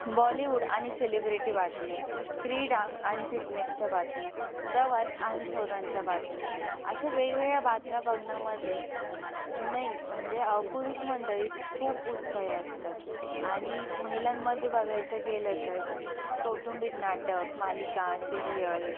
बॉलिवूड आणि सेलिब्रिटी बातम्या क्रीडा आणि फिटनेसच्या बातम्या प्रवास आणि शोधांच्या बातम्या अशा वेगवेगळ्या बातम्या बघण्यामध्ये मेन म्हणजे पुरुष मंडळी खूप उत्साही असतात आणि महिलांमध्ये बघायचं गेलं तर कौटुंबिक नाटक मालिका सिरियल